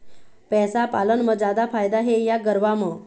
भैंस पालन म जादा फायदा हे या गरवा म?